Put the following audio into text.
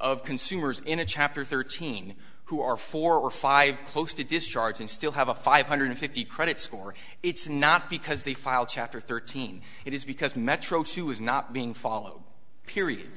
of consumers in a chapter thirteen who are four or five close to discharge and still have a five hundred fifty credit score it's not because they file chapter thirteen it is because metro two is not being followed period